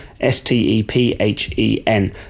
S-T-E-P-H-E-N